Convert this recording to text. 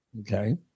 Okay